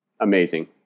amazing